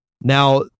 Now